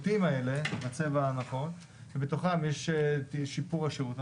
פירוטים בצבע הנכון, ובתוכם יש את שיפור השירות.